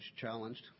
challenged